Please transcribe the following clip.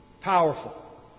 Powerful